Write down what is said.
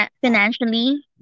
financially